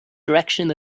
direction